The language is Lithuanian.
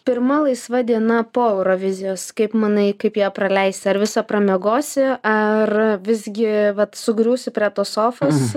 pirma laisva diena po eurovizijos kaip manai kaip ją praleisi ar visą pramiegosi ar visgi vat sugriūsi prie tos sofos